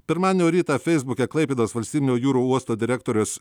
pirmadienio rytą feisbuke klaipėdos valstybinio jūrų uosto direktorius